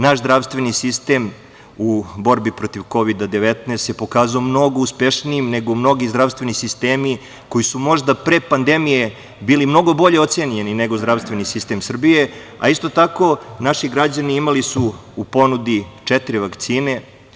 Naš zdravstveni sistem u borbi protiv Kovida 19 se pokazao mnogo uspešnijim nego mnogi zdravstveni sistemi koji su možda pre pandemije bili mnogo bolje ocenjeni nego zdravstveni sistem Srbije. isto tako, naši građani su imali u ponudi četiri vakcine.